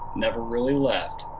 never really left